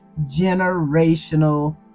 generational